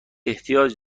احتیاج